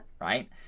Right